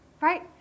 right